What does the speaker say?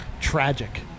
tragic